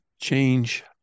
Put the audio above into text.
change